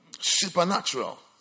Supernatural